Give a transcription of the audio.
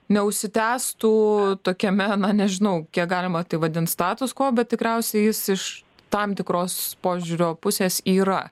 neužsitęstų tokiame na nežinau kiek galima tai vadint status kvo bet tikriausiai jis iš tam tikros požiūrio pusės yra